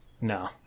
no